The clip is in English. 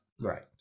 Right